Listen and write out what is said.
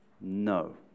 No